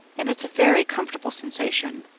and it's a very comfortable sensation.